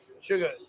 sugar